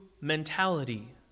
mentality